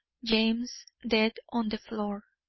james, dead on the floor!